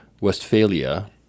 Westphalia